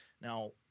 Now